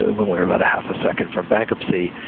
when we were about a half a second from bankruptcy